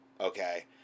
okay